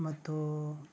ಮತ್ತು